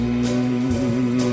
Mmm